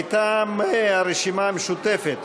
מטעם הרשימה המשותפת: